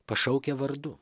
pašaukia vardu